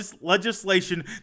legislation